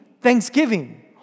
thanksgiving